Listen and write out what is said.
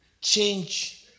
change